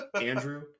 Andrew